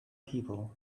people